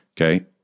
Okay